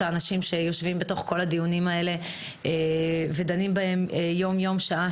האנשים שיושבים בכל הדיונים האלה ודנים בהם יום יום ושעה